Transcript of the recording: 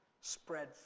spread